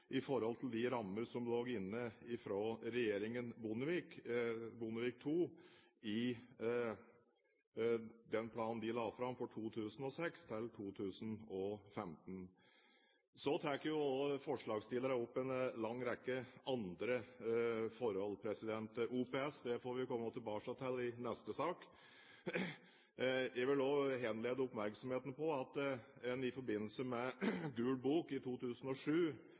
i forhold til de rammer som lå inne fra regjeringen Bondevik II i den planen de la fram for 2006–2015. Så tar jo også forslagsstillerne opp en lang rekke andre forhold. OPS får vi komme tilbake til i neste sak. Jeg vil også henlede oppmerksomheten på at en i forbindelse med Gul bok i 2007